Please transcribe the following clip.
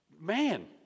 Man